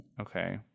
Okay